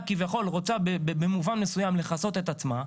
כביכול רוצה במובן מסוים לכסות את עצמה,